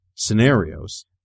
scenarios